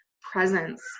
presence